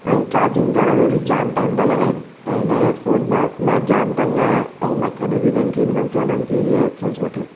ऐं चार्जिंग करण में बि जाम टाईम था लॻाइनि त इन हेडफ़ोन मां मां जाम तंग आहियां ऐं मां कॾहिं बि कंहिंखे बि न चवंदुमि की इहे हेडफ़ोन्स वठनि